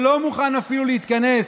שלא מוכן אפילו להתכנס,